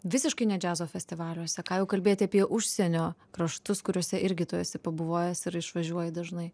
visiškai ne džiazo festivaliuose ką jau kalbėti apie užsienio kraštus kuriuose irgi tu esi pabuvojęs ir išvažiuoji dažnai